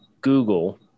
Google